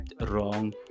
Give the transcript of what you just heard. wrong